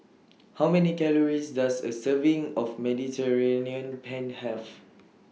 How Many Calories Does A Serving of Mediterranean Penne Have